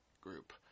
group